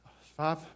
five